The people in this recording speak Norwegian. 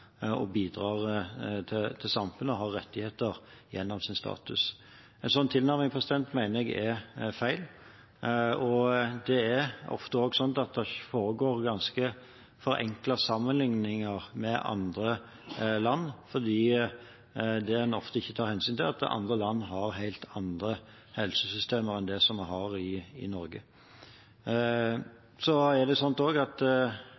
bidrar til samfunnet og har rettigheter gjennom sin status. En slik tilnærming mener jeg er feil. Det er også slik at det ofte gjøres ganske forenklede sammenligninger med andre land, for en tar ofte ikke hensyn til at andre land har helt andre helsesystemer enn det vi har i Norge. Det at helsepersonell som driver egen praksis, strekker seg lenger og